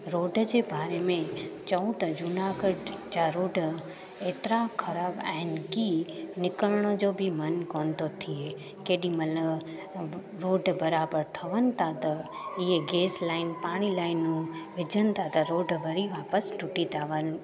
road जे बारे में चयूं त जूनागढ़ जा रोड एतिरा ख़राबु आहिनि कि निकिरण जो बि मन कोन थो थिए केॾीमहिल रोड बराबरि ठहनि था त इहे गेस लाइन पाणी लाइनूं विझनि था त रोड वरी वापसि टूटी था वन